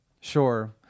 Sure